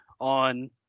on